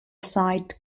site